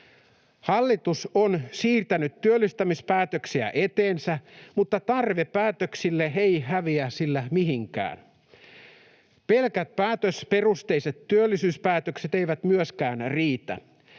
Hallitus on siirtänyt työllistämispäätöksiä eteensä, mutta tarve päätöksille ei häviä sillä mihinkään. Pelkät päätösperusteiset työllisyyspäätökset eivät myöskään riitä.